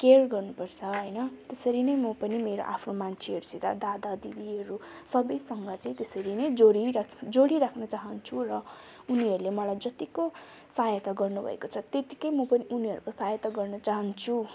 care गर्नु पर्छ होइन त्यसरी नै म पनि मेरो आफ्नो मान्छेहरूसित दादा दीदीहरू सबैसँग त्यसरी नै जोडिराख् जोडिराख्न चाहन्छु र उनीहरले मलाई जतिको सहायता गर्नु भएको छ त्यतिकै म पनि उनीहरूको सहायता गर्नु चाहन्छु